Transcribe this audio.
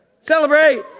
Celebrate